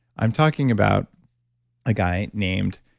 i'm talking about a guy named.